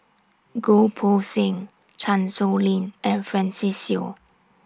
Goh Poh Seng Chan Sow Lin and Francis Seow